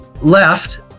left